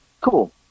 Cool